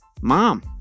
mom